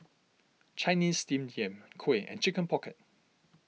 Chinese Steamed Yam Kuih and Chicken Pocket